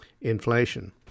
inflation